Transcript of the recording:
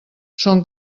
són